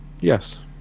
yes